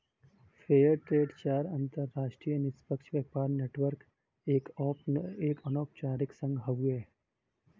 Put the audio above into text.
fair trade चार अंतरराष्ट्रीय निष्पक्ष व्यापार नेटवर्क क एक अनौपचारिक संघ हउवे